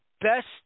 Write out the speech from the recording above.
best